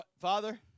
Father